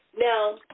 Now